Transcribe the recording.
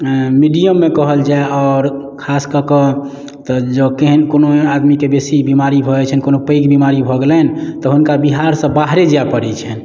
मीडियममे कहल जाए आओर खास कऽ कऽ तऽ जँ एहन कओनो आदमीके बेसी बीमारी भऽ जाइत छनि कओनो पैघ बीमारी भऽ गेलनि तऽ हुनका बिहारसँ बाहरे जाए पड़ैत छनि